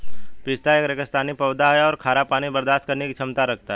पिस्ता एक रेगिस्तानी पौधा है और खारा पानी बर्दाश्त करने की क्षमता रखता है